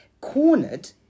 cornered